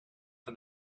for